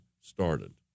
started